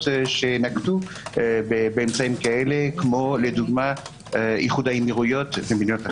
שנקטו באמצעים כאלה כמו איחוד האמירויות ומדינות אחרות.